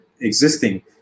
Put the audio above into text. existing